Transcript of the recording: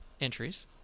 entries